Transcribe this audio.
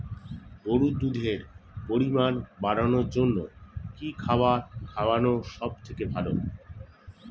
গরুর দুধের পরিমাণ বাড়ানোর জন্য কি খাবার খাওয়ানো সবথেকে ভালো?